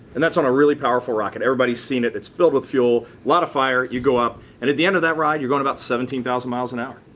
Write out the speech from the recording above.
and that's on a really powerful rocket, everybody's seen it, it's filled with fuel, a lot of fire, you go up, and at the end of that ride you're going about seventeen thousand miles an hour.